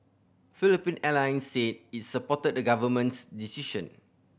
Philippine Airlines said it supported the government's decision